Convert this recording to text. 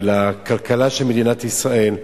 ולכלכלה של מדינת ישראל,